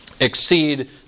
exceed